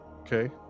Okay